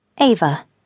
Ava